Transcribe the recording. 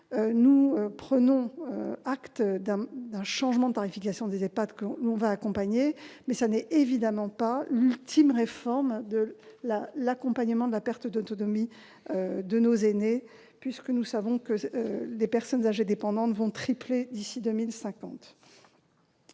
Nous prenons acte d'un changement de tarification des EHPAD, que nous allons accompagner, mais il ne s'agit évidemment pas là de l'ultime réforme de l'accompagnement de la perte d'autonomie de nos aînés, puisque nous savons que le nombre de personnes âgées dépendantes va tripler d'ici à 2050.